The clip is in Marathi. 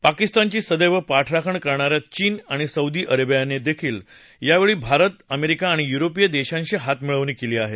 पाकिस्तानची सदैव पाठराखण करणा या चीन आणि सौदी अरेबियानंही यावेळी भारत अमेरिका आणि युरोपीय देशांशी हातमिळवणी केली आहे